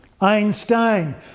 Einstein